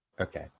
Okay